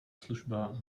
služba